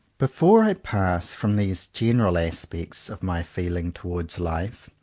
before i pass from these general aspects of my feeling towards life,